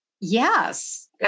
Yes